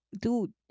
dude